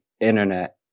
internet